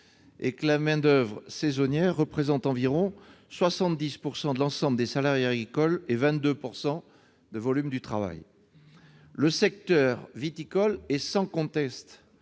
La main-d'oeuvre saisonnière représente environ 70 % de l'ensemble des salariés agricoles et 22 % de volume du travail. Le secteur viticole est sans conteste